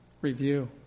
review